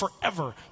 forever